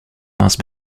must